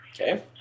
okay